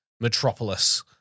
metropolis